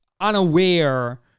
unaware